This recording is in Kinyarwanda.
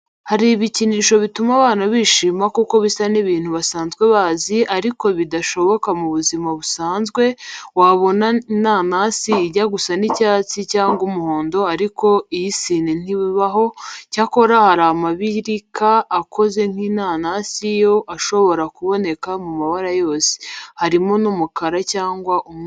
Hari ibikinisho bituma abana bishima kuko bisa n'ibintu basanzwe bazi, ariko bidashoboka mu buzima busanzwe; wabona inanasi ijya gusa n'icyatsi cyangwa umuhondo ariko iy'isine ntibaho, cyakora hari amabirika akoze nk'inanasi yo ashobora kuboneka mu mabara yose, harimo n'umukara cyangwa umweru.